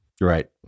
right